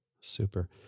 Super